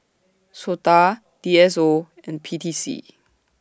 Sota D S O and P T C